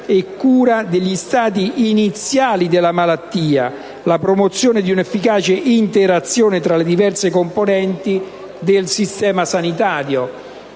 e cura degli stadi iniziali della malattia, la promozione di un'efficace interazione tra le diverse componenti del sistema sanitario.